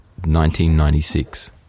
1996